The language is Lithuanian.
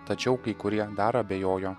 tačiau kai kurie dar abejojo